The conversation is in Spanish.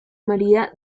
maría